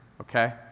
Okay